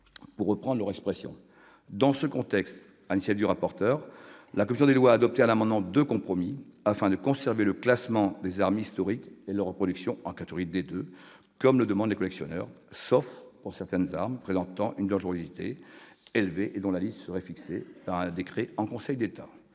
pour reprendre leur expression. Dans ce contexte, sur l'initiative du rapporteur, la commission des lois a adopté un amendement de compromis visant à conserver le classement des armes historiques et de leurs reproductions en catégorie D2, comme le demandent les collectionneurs, sauf pour certaines armes présentant une dangerosité élevée et dont la liste serait fixée par décret en Conseil d'État.